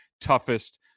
toughest